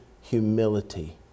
humility